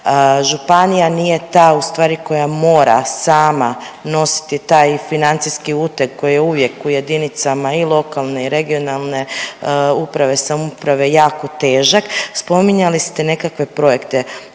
Županija nije ta ustvari koja mora sama nositi taj financijski uteg koji je uvijek, u jedinice i lokalne i regionalne uprave i samouprave jako težak, spominjali ste nekakve projekte.